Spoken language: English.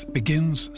begins